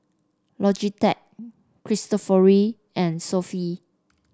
Logitech Cristofori and Sofy